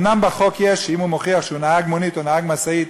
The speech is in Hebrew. אומנם בחוק יש שאם הוא מוכיח שהוא נהג מונית או נהג משאית,